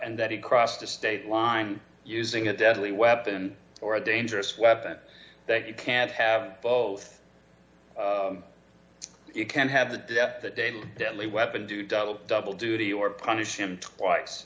and that he crossed a state line using a deadly weapon or a dangerous weapon that you can't have both you can have the death the data deadly weapon do double double duty or punish him